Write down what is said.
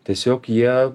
tiesiog jie